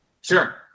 Sure